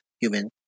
human